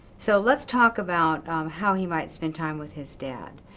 so let's talk about how he might spend time with his dad.